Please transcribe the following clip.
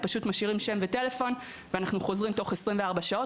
פשוט משאירים שם וטלפון ואנחנו חוזרים תוך 24 שעות.